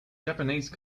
japanese